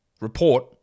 report